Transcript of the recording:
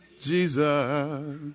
Jesus